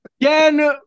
Again